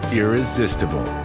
irresistible